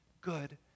good